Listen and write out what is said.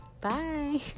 Bye